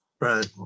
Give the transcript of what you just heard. Right